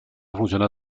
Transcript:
funciona